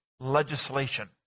legislation